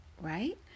right